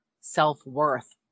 self-worth